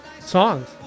songs